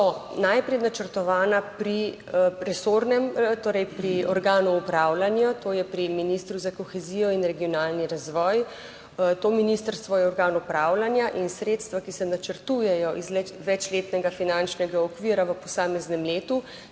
najprej načrtovana pri resornem, torej pri organu upravljanja, to je pri ministru za kohezijo in regionalni razvoj. To ministrstvo je organ upravljanja in sredstva, ki se načrtujejo iz večletnega finančnega okvira v posameznem letu